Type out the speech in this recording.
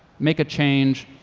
make a change,